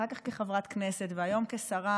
אחר כך כחברת כנסת והיום כשרה,